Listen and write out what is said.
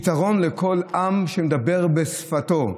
יתרון לכל עם שמדבר בשפתו.